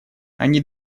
они